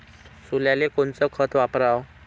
सोल्याले कोनचं खत वापराव?